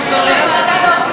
39 בעד,